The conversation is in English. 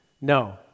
No